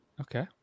Okay